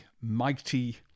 mighty